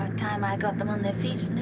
time i got them on their feet,